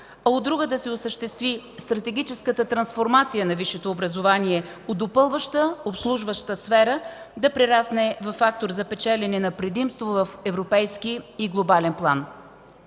а от друга, да се осъществи стратегическата трансформация на висшето образование от допълваща, обслужваща сфера да прерасне във фактор за печелене на предимство в европейски и глобален план.